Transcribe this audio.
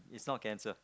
it's not cancer